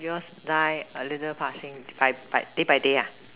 your style a little fashion day by day ya